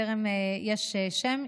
טרם נמסר שם.